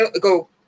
go